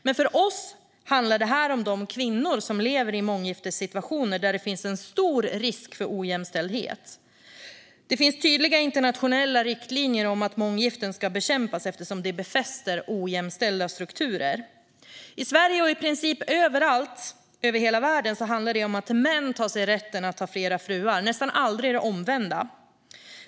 Men för oss handlar detta om de kvinnor som lever i månggiftessituationer där det finns stor risk för ojämställdhet. Det finns tydliga internationella riktlinjer om att månggifte ska bekämpas eftersom det befäster ojämställda strukturer. I Sverige och i princip hela världen handlar det om att män tar sig rätten att ha flera fruar - nästan aldrig om det omvända.